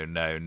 no